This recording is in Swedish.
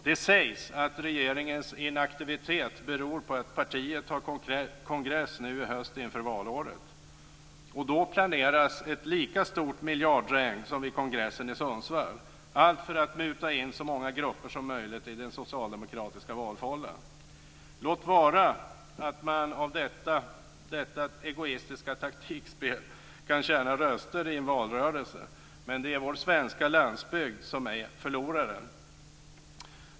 Det sägs att regeringens inaktivitet beror på att partiet har kongress nu i höst inför valåret. Då planeras ett lika stort miljardregn som vid kongressen i Sundsvall - allt för att muta in så många grupper som möjligt i den socialdemokratiska valfållan. Låt vara att man med detta egoistiska taktikspel kan tjäna röster i en valrörelse, men det är vår svenska landsbygd som är förloraren.